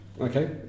Okay